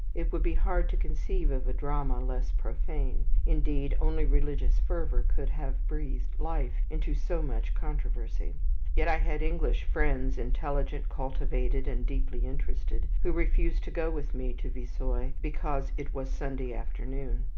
it would be hard to conceive of a drama less profane indeed, only religious fervour could have breathed life into so much controversy yet i had english friends, intelligent, cultivated, and deeply interested, who refused to go with me to vissoye because it was sunday afternoon.